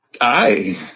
Aye